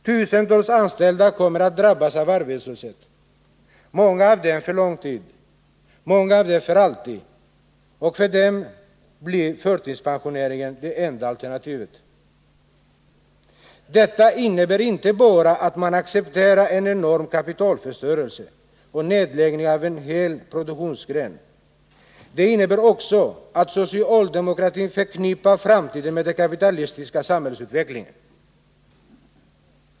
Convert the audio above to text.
Tusentals anställda kommer att drabbas av arbetslöshet — många av dem för lång tid, en del av dem för alltid, och för dem blir förtidspensioneringen det enda alternativet. Det innebär inte bara att socialdemokraterna accepterar en enorm kapitalförstörelse och nedläggningen av en hel produktionsgren. Det innebär också att socialdemokratin förknippar framtiden med den kapitalistiska samhällsutvecklingen.